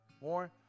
Warren